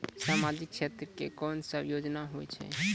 समाजिक क्षेत्र के कोन सब योजना होय छै?